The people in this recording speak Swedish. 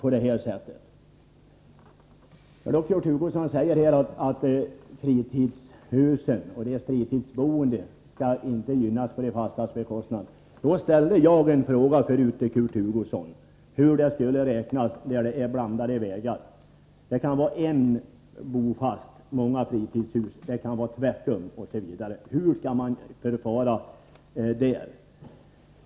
Kurt Hugosson säger att de fritidsboende inte skall gynnas på den fasta befolkningens bekostnad. Jag har tidigare frågat Kurt Hugosson vilken bedömning man skall göra när det gäller områden med blandade vägar — dvs. områden där det kanske bara finns en bofast och många fritidsboende, eller tvärtom. Hur skall man förfara i det avseendet?